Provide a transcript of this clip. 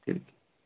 ٹھیک